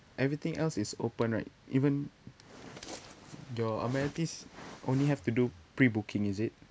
everything else is open right even your amenities only have to do pre booking is it